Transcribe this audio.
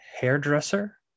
hairdresser